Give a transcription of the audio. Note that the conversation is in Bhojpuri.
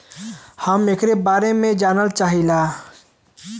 हम एकरे बारे मे जाने चाहीला?